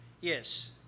Yes